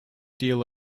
deal